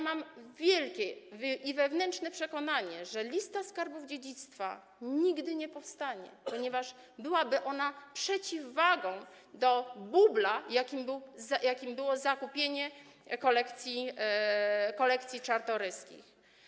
Mam wielkie wewnętrzne przekonanie, że lista skarbów dziedzictwa nigdy nie powstanie, ponieważ byłaby ona przeciwwagą do bubla, jakim było zakupienie kolekcji Czartoryskich.